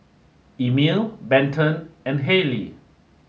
Emile Benton and Haley